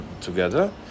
together